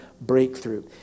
breakthrough